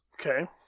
okay